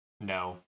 No